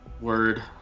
Word